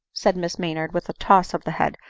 said miss maynard with a toss of the head,